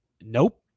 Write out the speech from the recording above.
Nope